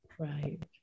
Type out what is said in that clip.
Right